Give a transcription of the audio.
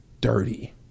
dirty